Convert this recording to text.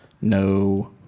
No